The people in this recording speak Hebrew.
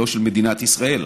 לא של מדינת ישראל,